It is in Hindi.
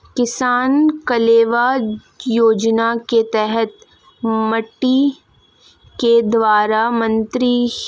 किसान कलेवा योजना के तहत मंडी के द्वारा किसान को भोजन कितने रुपए में करवाया जाता है?